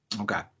Okay